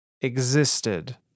existed